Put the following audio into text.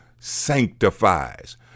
sanctifies